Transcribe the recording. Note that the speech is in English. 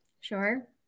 Sure